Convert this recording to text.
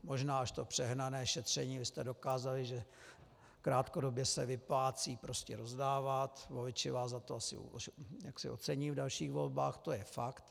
Možná až to přehnané šetření, vy jste dokázali, že krátkodobě se vyplácí rozdávat, voliči vás za to asi ocení v dalších volbách, to je fakt.